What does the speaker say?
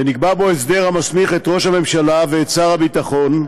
ונקבע בו הסדר המסמיך את ראש הממשלה ואת שר הביטחון,